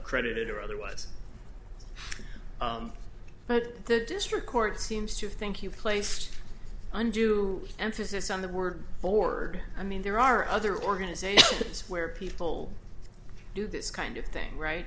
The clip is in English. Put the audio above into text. credited or otherwise but the district court seems to think you placed undue emphasis on the word board i mean there are other organizations where people do this kind of thing right